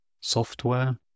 software